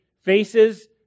faces